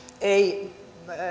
ei